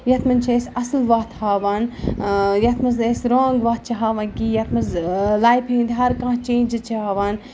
یَتھ منٛز چھِ أسۍ اَصٕل وَتھ ہاوان یَتھ منٛز نہٕ أسۍ رانٛگ وَتھ چھِ ہاوان کینٛہہ یَتھ منٛز لایفہِ ہِنٛدۍ ہرکانٛہہ چینٛجِز چھِ ہاوان